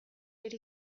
ari